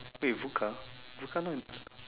wait vuca vuca no